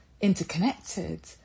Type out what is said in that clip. interconnected